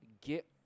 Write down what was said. Get